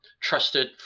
trusted